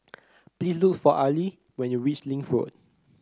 please look for Arley when you reach Link Road